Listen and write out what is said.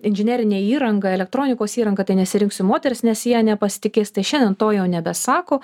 inžinerinę įrangą elektronikos įrangą tai nesirinksiu moters nes ja nepasitikės tai šiandien to jau nebesako